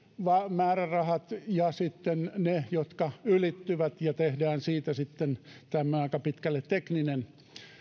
määrärahat ja ne jotka ylittyvät ja tehdään siitä sitten tämmöinen aika pitkälle tekninen